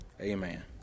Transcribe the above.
Amen